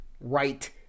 right